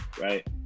right